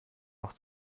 noch